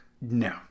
No